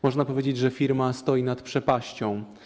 Można powiedzieć, że firma stoi nad przepaścią.